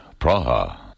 Praha